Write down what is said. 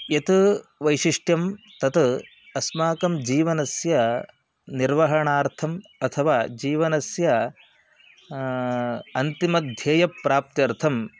यत् वैशिष्ट्यं तत् अस्माकं जीवनस्य निर्वहणार्थम् अथवा जीवनस्य अन्तिमध्येयप्राप्त्यर्थं